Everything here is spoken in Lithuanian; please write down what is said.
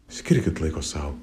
skirkit laiko sau